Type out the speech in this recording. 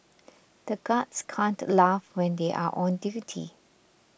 the guards can't laugh when they are on duty